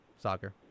soccer